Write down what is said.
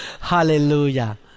Hallelujah